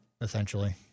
essentially